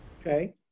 Okay